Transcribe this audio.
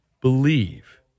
believe